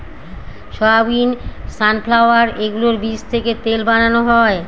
soybean, sunflower এগুলোর বীজ থেকে তেল বানানো হয়